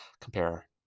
compare